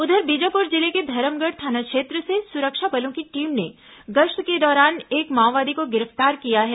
उधर बीजापुर जिले के भैरमगढ़ थाना क्षेत्र से सुरक्षा बलों की टीम ने गश्त के दौरान एक माओवादी को गिरफ्तार किया है